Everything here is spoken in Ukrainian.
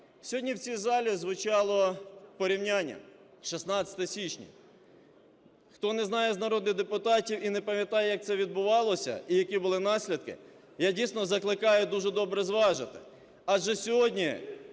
Сьогодні в цій залі звучало порівняння – 16 січня. Хто не знає з народних депутатів і не пам'ятає, як це відбувалося і які були наслідки, я, дійсно, закликаю дуже добре зважити. Адже сьогодні,